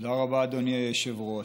תודה רבה, אדוני היושב-ראש.